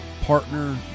partner